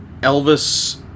Elvis